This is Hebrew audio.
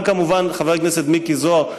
גם כמובן חבר הכנסת מיקי זוהר,